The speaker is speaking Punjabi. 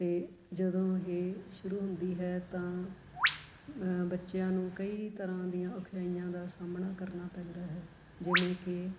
ਅਤੇ ਜਦੋਂ ਇਹ ਸ਼ੁਰੂ ਹੁੰਦੀ ਹੈ ਤਾਂ ਬੱਚਿਆਂ ਨੂੰ ਕਈ ਤਰ੍ਹਾਂ ਦੀਆਂ ਔਖਿਆਈਆਂ ਦਾ ਸਾਹਮਣਾ ਕਰਨਾ ਪੈਂਦਾ ਹੈ ਜਿਵੇਂ ਕਿ